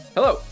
Hello